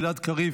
גלעד קריב,